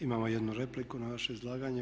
Imamo jednu repliku na vaše izlaganje.